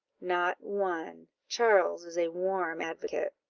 not one! charles is a warm advocate.